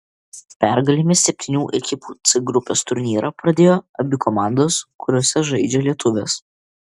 pergalėmis septynių ekipų c grupės turnyrą pradėjo abi komandos kuriose žaidžia lietuvės